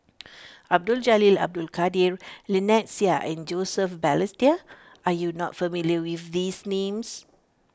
Abdul Jalil Abdul Kadir Lynnette Seah and Joseph Balestier are you not familiar with these names